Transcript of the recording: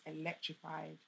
electrified